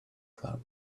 club